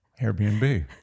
Airbnb